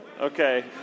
Okay